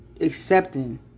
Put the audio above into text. accepting